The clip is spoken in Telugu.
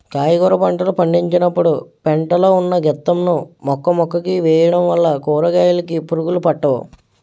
కాయగుర పంటలు పండించినపుడు పెంట లో ఉన్న గెత్తం ను మొక్కమొక్కకి వేయడం వల్ల కూరకాయలుకి పురుగులు పట్టవు